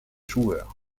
joueurs